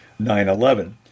9-11